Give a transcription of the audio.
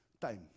time